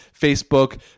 Facebook